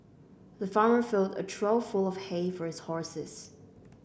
the farmer filled a trough full of hay for his horses